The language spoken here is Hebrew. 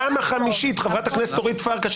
חברת הכנסת אורית פרקש,